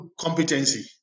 Competency